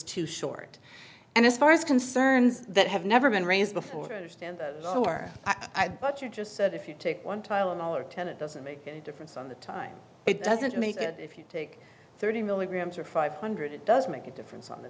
too short and as far as concerns that have never been raised before understand or i but you just said if you take one tylenol or ten it doesn't make a difference on the time it doesn't make if you take thirty milligrams or five hundred it does make a difference on the